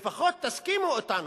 לפחות תסכימו אתנו,